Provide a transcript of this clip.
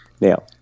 Now